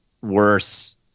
Worse